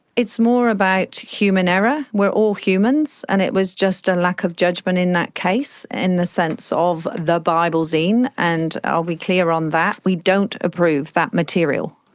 it's more about human error we're all humans, and it was just a lack of judgment in that case, in the sense of the biblezine, and are we clear on that? we don't approve that material.